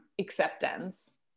acceptance